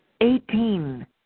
Eighteen